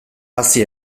hazi